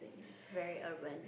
is very urban